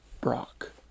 Brock